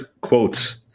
quotes